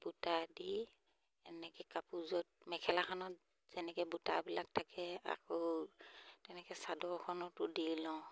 বুটা দি এনেকৈ কাপোৰযোৰ মেখেলাখনত যেনেকৈ বুটাবিলাক থাকে আকৌ তেনেকৈ চাদৰখনতো দি লওঁ